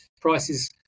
Prices